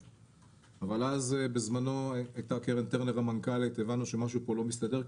אבל אז בזמנו היתה קרן טרנר המנכ"לית והבנו שמשהו פה לא מסתדר,